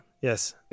Yes